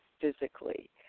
physically